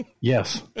Yes